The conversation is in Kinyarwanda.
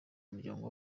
muryango